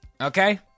Okay